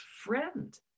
friend